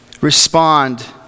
respond